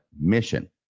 mission